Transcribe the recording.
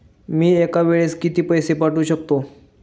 मी एका वेळेस किती पैसे पाठवू शकतो?